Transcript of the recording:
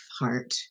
heart